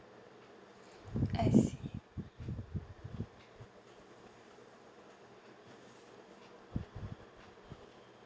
I see